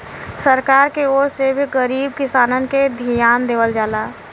सरकार के ओर से भी गरीब किसानन के धियान देवल जाला